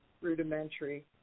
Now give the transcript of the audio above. rudimentary